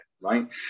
right